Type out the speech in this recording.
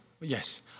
Yes